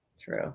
True